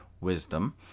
wisdom